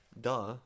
duh